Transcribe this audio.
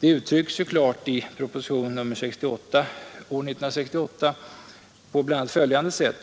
Det uttrycks klart i proposition nr 68 år 1968 på bl.a. följande sätt: